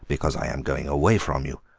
because i am going away from you,